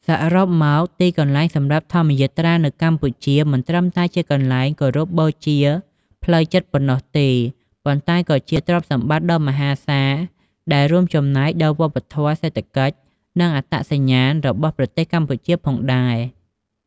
សរុបមក ទីកន្លែងសម្រាប់ធម្មយាត្រានៅកម្ពុជាមិនត្រឹមតែជាកន្លែងគោរពបូជាផ្លូវចិត្តប៉ុណ្ណោះទេ ប៉ុន្តែក៏ជា ទ្រព្យសម្បត្តិជាតិដ៏មហាសាល ដែលរួមចំណែកដល់វប្បធម៌ សេដ្ឋកិច្ច និងអត្តសញ្ញាណរបស់ប្រទេសកម្ពុជាផងដែរ។